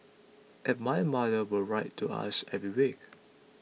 and my mother would write to us every week